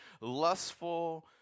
lustful